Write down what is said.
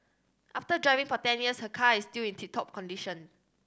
after driving for ten years her car is still in tip top condition